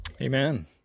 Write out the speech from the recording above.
Amen